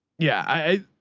yeah, i,